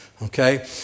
Okay